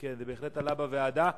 זה בהחלט עלה בוועדה.